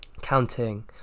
counting